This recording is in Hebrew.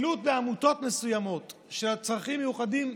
עמותות מסוימות בנושא צרכים מיוחדים,